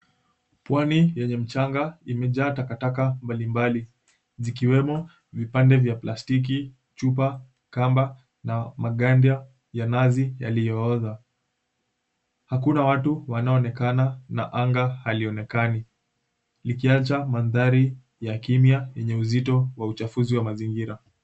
Pwani yenye mchanga imejaa takataka mbalimbali zikiwemo vipande vya plastiki, chupa, kamba na maganda ya nazi yaliyooza. Hakuna watu wanaoonekana na anga haionekani. Likiacha mandhari ya kimya yenye uzito wa uchafuzi wa mazingira